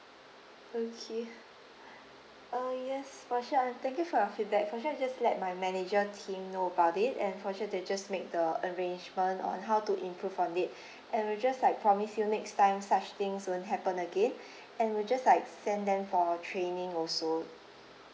okay uh yes for sure and thank you for your feedback for sure I'll just let my manager team know about it and for sure they just make the arrangement on how to improve on it and we just like promise you next time such things won't happen again and we'll just like send them for training also